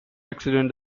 accident